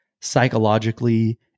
psychologically